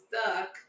stuck